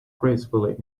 gracefully